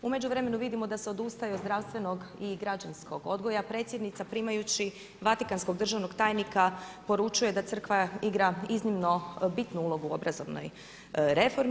U međuvremenu vidimo da se odustaje od zdravstvenog i građanskog odgoja, Predsjednica primajući vatikanskog državnog tajnika poručuje da Crkva igra iznimno bitnu ulogu u obrazovnoj reformi.